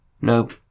Nope